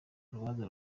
urubanza